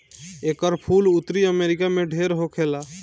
एकर फूल उत्तरी अमेरिका में ढेर होखेला